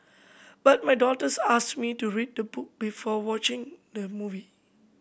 but my daughters asked me to read the book before watching the movie